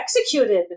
executed